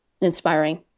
inspiring